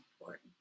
important